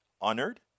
honored